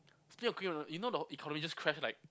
still you know the economy just crashed like